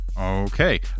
Okay